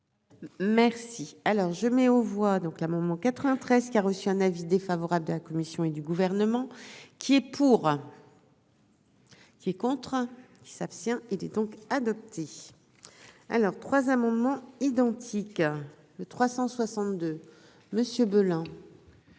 Merci, alors je mets aux voix donc la moment 93 qui a reçu un avis défavorable de la Commission et du gouvernement qui est pour. Qui est contre qui s'abstient, il est donc adopté alors 3 amendements identiques, le 362 Monsieur